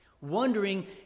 wondering